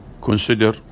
Consider